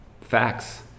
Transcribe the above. facts